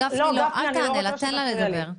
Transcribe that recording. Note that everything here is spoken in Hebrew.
תן לה לדבר.